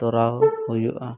ᱛᱚᱨᱟᱣ ᱦᱩᱭᱩᱜᱼᱟ